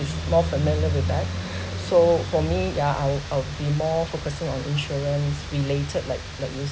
he is more familiar with that so for me yeah I will I will be more focusing on insurance related like like